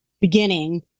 beginning